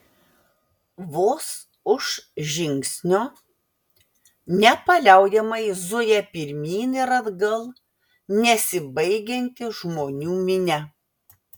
vos už žingsnio nepaliaujamai zuja pirmyn ir atgal nesibaigianti žmonių minia